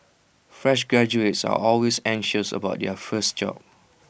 fresh graduates are always anxious about their first job